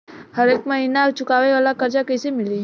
हरेक महिना चुकावे वाला कर्जा कैसे मिली?